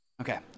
Okay